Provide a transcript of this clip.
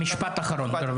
משפט אחרון.